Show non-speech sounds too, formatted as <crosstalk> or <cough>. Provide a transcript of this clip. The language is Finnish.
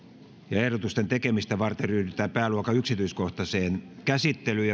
ja ehdotusten tekemistä varten ryhdytään pääluokan yksityiskohtaiseen käsittelyyn <unintelligible>